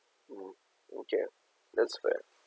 mm okay that's fair